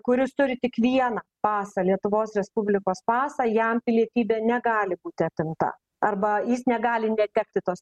kuris turi tik vieną pasą lietuvos respublikos pasą jam pilietybė negali būti atimta arba jis negali netekti tos